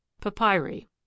Papyri